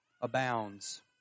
abounds